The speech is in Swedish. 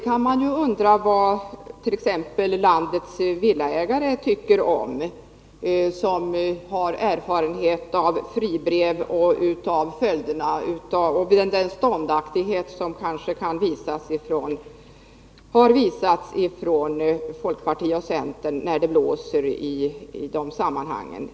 Man kan undra vad exempelvis landets villaägare tycker om det — som har erfarenhet av fribrev och av den brist på ståndaktighet som har visats från folkpartiet och centern när det blåst i de sammanhangen.